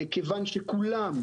כיוון שכולם,